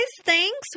thanks